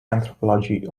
anthropology